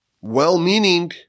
well-meaning